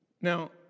Now